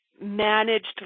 managed